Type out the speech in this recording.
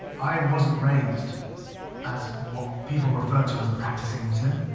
i wasn't raised as what people referred to as a practicing muslim,